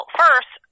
first